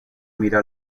mira